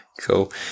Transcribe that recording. Cool